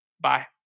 bye